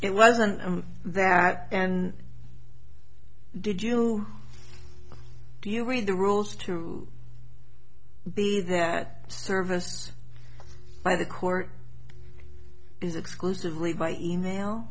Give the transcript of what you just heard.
it wasn't that and did you do you read the rules to be that service by the court is exclusively by email